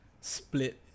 split